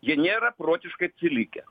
jie nėra protiškai atsilikę